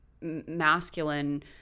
masculine